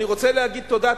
אני רוצה להגיד תודה,